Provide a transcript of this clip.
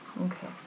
Okay